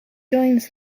joins